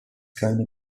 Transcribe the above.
keine